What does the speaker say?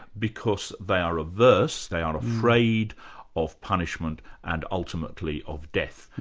because they are averse, they are afraid of punishment and ultimately of death.